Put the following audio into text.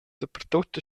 dapertut